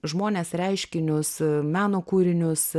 žmones reiškinius meno kūrinius